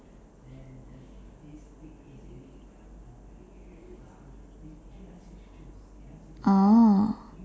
oh